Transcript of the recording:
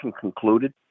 concluded